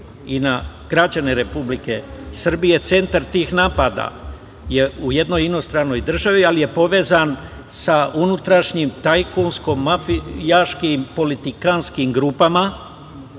i na građane Republike Srbije. Centar tih napada je u jednoj inostranoj državi, ali je povezan sa unutrašnjim tajkunsko-mafijaškim politikanskim grupama